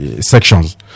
sections